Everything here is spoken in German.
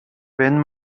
wenn